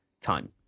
time